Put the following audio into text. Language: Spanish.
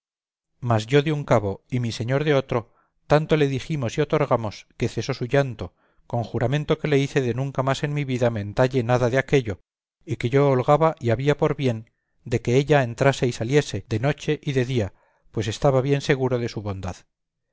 mas yo de un cabo y mi señor de otro tanto le dijimos y otorgamos que cesó su llanto con juramento que le hice de nunca más en mi vida mentalle nada de aquello y que yo holgaba y había por bien de que ella entrase y saliese de noche y de día pues estaba bien seguro de su bondad